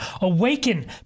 Awaken